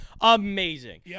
Amazing